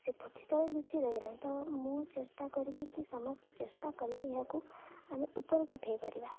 ସେ ତଳେ ଲୁଚି ରହିଗଲାଣି ତ ମୁଁ ଚେଷ୍ଟା କରିବି କି ସମସ୍ତେ ଚେଷ୍ଟା କଲେ ଏହାକୁ ଆମେ ଉପରକୁ ଉଠାଇ ପାରିବା